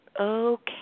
okay